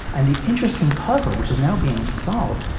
and the interesting puzzle, which is now being solved,